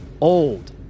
old